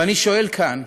ואני שואל כאן: